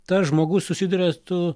tas žmogus susiduria tu